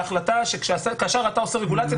להחלטה שכאשר אתה עושה רגולציה,